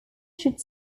should